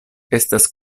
estas